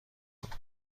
بود